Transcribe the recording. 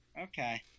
Okay